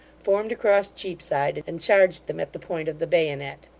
formed across cheapside, and charged them at the point of the bayonet.